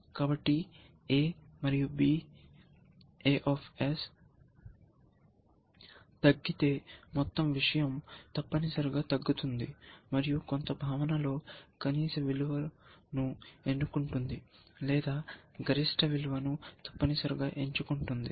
కాబట్టి a మరియు b A తగ్గితే మొత్తం విషయం తప్పనిసరిగా తగ్గుతుంది మరియు కొంత భావన లో కనీస విలువను ఎన్నుకుంటుంది లేదా గరిష్ట విలువను తప్పనిసరిగా ఎంచుకుంటుంది